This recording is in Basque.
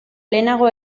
lehenago